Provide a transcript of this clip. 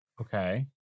Okay